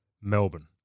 Melbourne